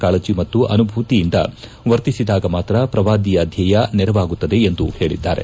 ಕಾಳಜ ಮತ್ತು ಅನುಭೂತಿಯಿಂದ ವರ್ತಿಸಿದಾಗ ಮಾತ್ರ ಪ್ರವಾದಿಯ ಧ್ವೇಯ ನೆರವೇರುತ್ತದೆ ಎಂದು ಹೇಳಿದ್ದಾರೆ